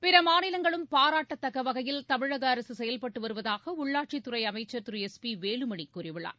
பிற மாநிலங்களும் பாராட்டத்தக்க வகையில் தமிழக அரசு செயல்பட்டு வருவதாக உள்ளாட்சித் திரு எஸ் பி வேலுமணி கூறியுள்ளார்